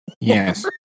yes